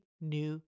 new